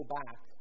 back